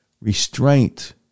restraint